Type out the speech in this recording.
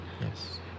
Yes